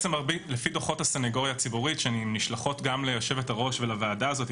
לפי דוחות הסנגוריה הציבורית שנשלחים גם ליושבת-ראש ולוועדה הזאת,